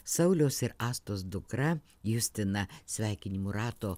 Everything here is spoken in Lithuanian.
sauliaus ir astos dukra justina sveikinimų rato